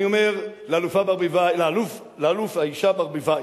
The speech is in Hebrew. אני אומר לאלופה ברביבאי, לאלוף, האשה ברביבאי,